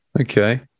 Okay